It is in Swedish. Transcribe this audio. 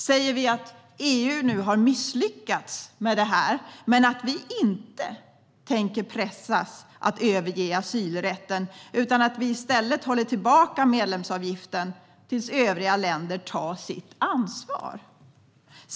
Säger vi att EU nu har misslyckats med det här men att vi inte tänker pressas att överge asylrätten utan att vi i stället håller tillbaka medlemsavgiften tills övriga länder tar sitt ansvar?